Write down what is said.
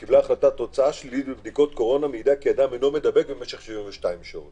שתוצאה שלילית בבדיקת קורונה מעידה כי אדם אינו מדבק במשך 72 שעות